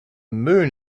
moon